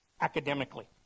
academically